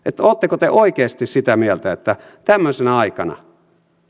oletteko te oikeasti sitä mieltä että tämmöisenä aikana